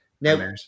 Now